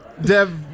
Dev